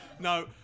No